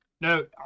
No